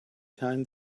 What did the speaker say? time